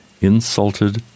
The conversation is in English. insulted